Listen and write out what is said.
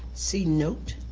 see note,